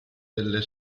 delle